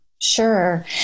Sure